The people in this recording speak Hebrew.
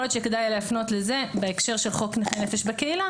יכול להיות שכדאי להפנות לזה בהקשר של חוק נכי נפש בקהילה